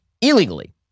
illegally